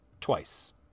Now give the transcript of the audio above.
Twice